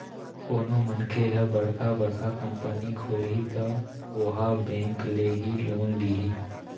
कोनो मनखे ह बड़का बड़का कंपनी खोलही त ओहा बेंक ले ही लोन लिही